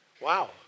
Wow